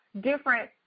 different